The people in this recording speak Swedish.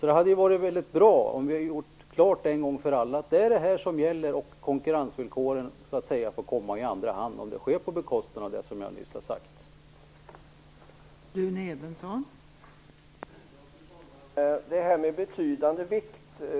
Det hade varit bra om vi hade gjort klart en gång för alla att det är det här som gäller och att konkurrensvillkoren får komma i andra hand om konkurrensen sker på bekostnad av det som jag nyss har tagit upp.